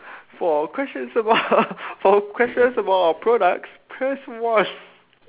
for questions about for questions about our products press one